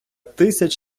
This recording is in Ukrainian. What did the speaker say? тисяч